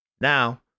Now